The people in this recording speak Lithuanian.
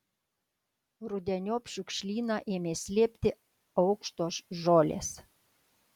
rudeniop šiukšlyną ėmė slėpti aukštos žolės